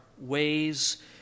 ways